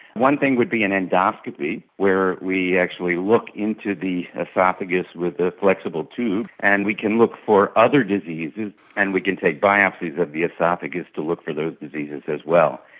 one thing would be an endoscopy where we actually look into the oesophagus with a flexible tube and we can look for other diseases and we can take biopsies of the oesophagus to look for those diseases as well.